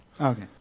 okay